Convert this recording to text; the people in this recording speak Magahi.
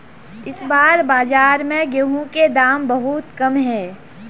इस बार बाजार में गेंहू के दाम बहुत कम है?